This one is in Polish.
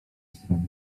zdrowie